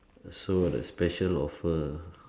so the special offer